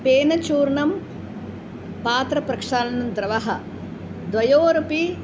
फेनकचूर्णं पात्रप्रक्षालनद्रवः द्वयोरपि